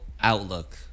outlook